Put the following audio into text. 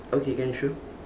okay can sure